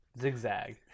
Zigzag